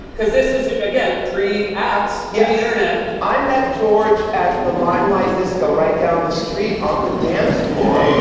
because this is, again, pre-apps, yeah pre-internet. i met george at the limelight disco right down the street, on the dance floor. there you go.